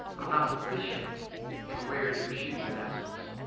i'm not efficient in wearing your shoes, in essence.